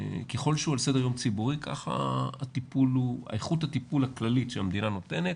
ככל שהוא על סדר יום ציבורי ככה איכות הטיפול הכללית שהמדינה נותנת